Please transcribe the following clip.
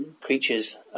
creatures